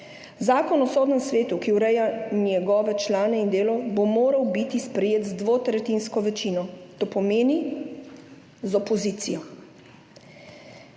Zakon o sodnem svetu, ki ureja njegove člane in delo, bo moral biti sprejet z dvotretjinsko večino, to pomeni z opozicijo.